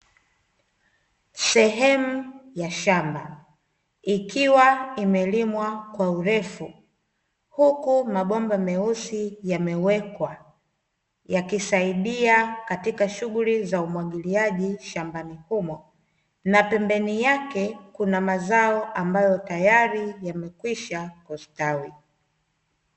Sehemu ya shamba ikiwa imelimwa kwa urefu, huku mabomba meusi yamewekwa, yakisaidia katika shughuli za umwagiliaji shambani humo na pembeni yake kuna mazao ambayo tayari yamekwishakustawi.